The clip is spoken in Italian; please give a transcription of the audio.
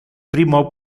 primo